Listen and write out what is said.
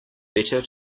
better